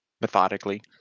methodically